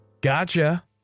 gotcha